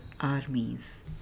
armies